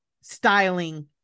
styling